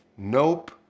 Nope